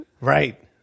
Right